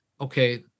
okay